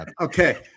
Okay